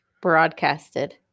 broadcasted